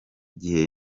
gihe